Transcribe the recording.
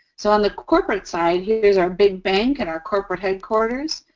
so, on the corporate side, here's our big bank and our corporate headquarters.